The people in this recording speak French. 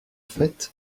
fait